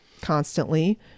constantly